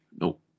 Nope